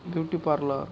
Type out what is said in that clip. beauty parlour